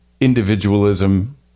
individualism